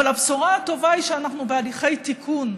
אבל הבשורה הטובה היא שאנחנו בהליכי תיקון,